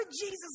Jesus